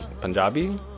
Punjabi